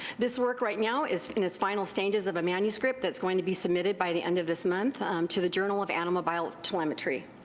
this work right now is in the final stages of a manuscript thatis going to be submitted by the end of this month to the journal of animal biotelemetry.